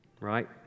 Right